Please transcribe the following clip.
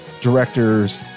directors